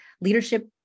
leadership